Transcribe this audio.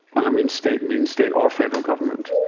and i mean state mean state or federal government,